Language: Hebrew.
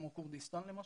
כמו כורדיסטן למשל,